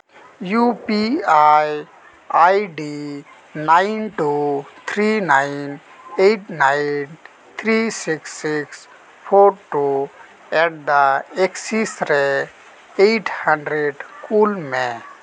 U P I ID nine two three nine eight nine three six six four two at the axis ᱨᱮ eight hundred ᱠᱩᱞ ᱢᱮ